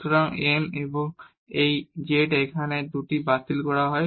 সুতরাং n এবং এই z এখানে এবং এই 2 বাতিল করা হয়